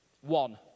One